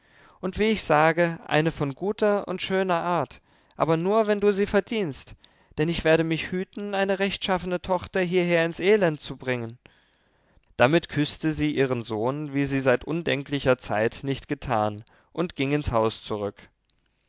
und wie ich sage eine von guter und schöner art aber nur wenn du sie verdienst denn ich werde mich hüten eine rechtschaffene tochter hierher ins elend zu bringen damit küßte sie ihren sohn wie sie seit undenklicher zeit nicht getan und ging ins haus zurück